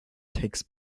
takes